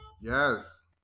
Yes